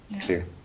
Clear